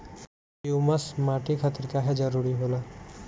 Humus माटी खातिर काहे जरूरी होला?